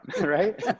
right